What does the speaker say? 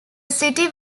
city